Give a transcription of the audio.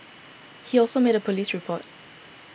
he also made a police report